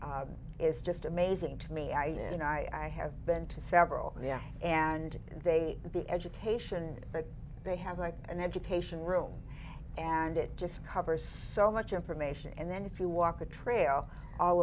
is just amazing to me and i have been to several and they be education but they have like an education room and it just covers so much information and then if you walk a trail all